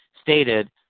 stated